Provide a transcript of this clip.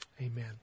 amen